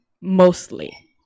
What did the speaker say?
mostly